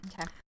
Okay